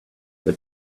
but